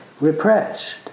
repressed